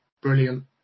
brilliant